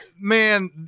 man